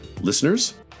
Listeners